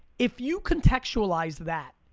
if you contextualize that,